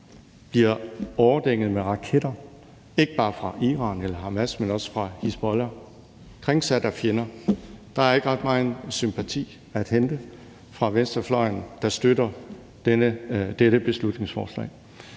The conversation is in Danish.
bliver overdænget med raketter, ikke bare fra Iran og Hamas, men også fra Hizbollah? Kringsat af fjender – der er ikke ret megen sympati at hente fra venstrefløjen, der støtter dette beslutningsforslag.